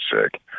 sick